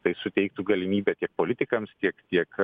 tai suteiktų galimybę tiek politikams tiek tiek